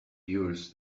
yours